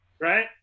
right